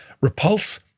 Repulse